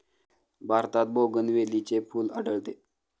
भारतात बोगनवेलीचे फूल आढळते